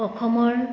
অসমৰ